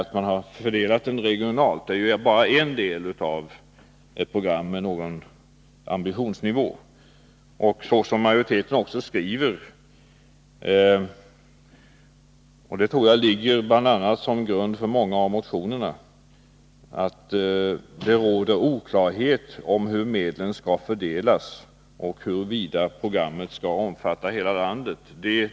Att man har fördelat den regionalt är ju bara en del av ett program med någon ambitionsnivå. Såsom majoriteten skriver — bl.a. det tror jag ligger till grund för många av motionerna — råder det oklarhet om hur medlen skall fördelas och huruvida programmet skall omfatta hela landet.